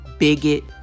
bigot